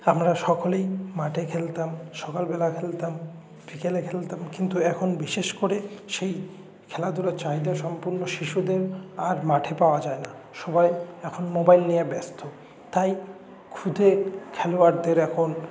আমরা সকলেই মাঠে খেলতাম সকালবেলা খেলতাম বিকেলে খেলতাম কিন্তু এখন বিশেষ করে সেই খেলাধুলোর চাহিদাসম্পন্ন শিশুদের আর মাঠে পাওয়া যায় না সবাই এখন মোবাইল নিয়ে ব্যস্ত তাই খুদে খেলোয়াড়দের এখন